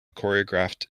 choreographed